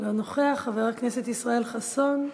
לא נוכח, חבר הכנסת ישראל חסון,